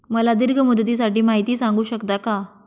मला दीर्घ मुदतीसाठी माहिती सांगू शकता का?